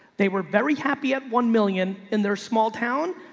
they were very happy at one million in their small town.